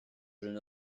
jeune